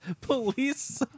Police